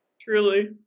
Truly